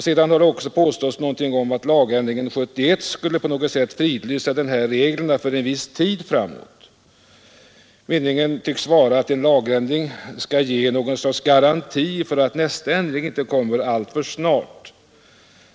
Sedan har det också gjorts gällande att lagändringen 1971 skulle på något sätt fridlysa de äldre bestämmelserna för en viss tid framåt. Meningen tycks vara att en lagändring skall ge någon sorts garanti för att nästa ändring inte kommer alltför snart.